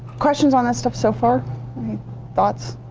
questions on this stuff so far? any thoughts?